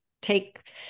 take